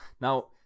Now